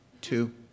Two